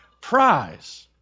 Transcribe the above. prize